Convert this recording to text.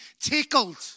tickled